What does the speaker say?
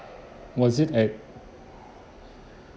was it at